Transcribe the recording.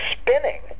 spinning